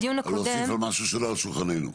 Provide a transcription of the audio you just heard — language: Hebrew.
להוסיף על משהו שלא על שולחננו.